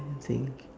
think